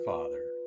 Father